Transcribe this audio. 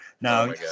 Now